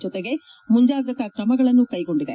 ಜತೆಗೆ ಮುಂಜಾಗ್ರತಾ ತ್ರಮಗಳನ್ನೂ ಕೈಗೊಂಡಿದೆ